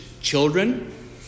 Children